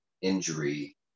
injury